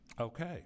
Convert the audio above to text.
Okay